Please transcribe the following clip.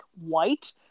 white